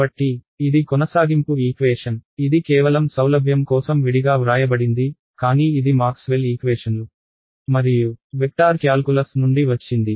కాబట్టి ఇది కొనసాగింపు ఈక్వేషన్ ఇది కేవలం సౌలభ్యం కోసం విడిగా వ్రాయబడింది కానీ ఇది మాక్స్వెల్ ఈక్వేషన్లు మరియు వెక్టార్ క్యాల్కులస్ నుండి వచ్చింది